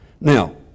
Now